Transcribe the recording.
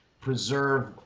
preserve